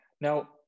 Now